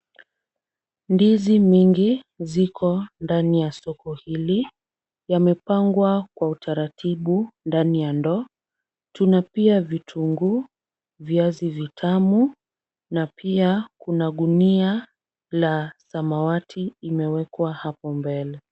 Ndizi mingi ziko ndani ya soko hili, yamepangwa kwa utaratibu ndani ya ndoo. Tuna pia vitunguu, viazi vitamu, na pia kuna gunia la samawati limewekwa hapo mbele.